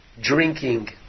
drinking